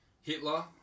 Hitler